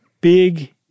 big